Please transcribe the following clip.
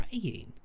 praying